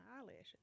eyelashes